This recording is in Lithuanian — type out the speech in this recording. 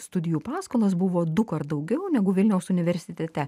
studijų paskolas buvo dukart daugiau negu vilniaus universitete